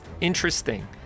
interesting